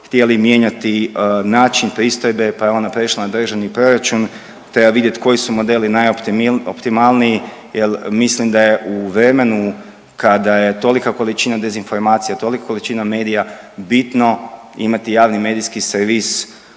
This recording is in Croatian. htjeli mijenjati način pristojbe pa je ona prešla na državni proračun. Treba vidjeti koji su modeli najoptimalniji jel mislim da je u vremenu kada je tolika količina dezinformacija, tolika količina medija, bitno imati javni medijski servis